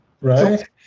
Right